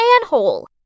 manhole